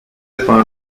pár